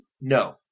no